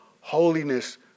holiness